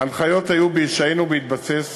ההנחיות היו בהישען ובהתבסס